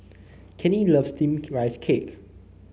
Kenny loves steamed Rice Cake